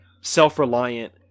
self-reliant